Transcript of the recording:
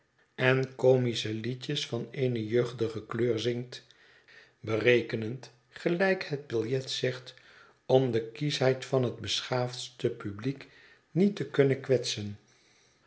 en comische liedjes van eene jeugdige kleur zingt berekend gelijk het biljet zegt om de kieschheid van het beschaafdste publiek niet te kunnen kwetsen